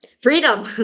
freedom